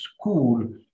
school